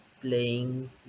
playing